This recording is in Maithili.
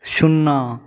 शुन्ना